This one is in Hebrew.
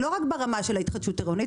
לא רק ברמה של ההתחדשות העירונית,